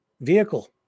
vehicle